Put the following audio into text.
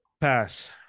Pass